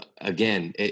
again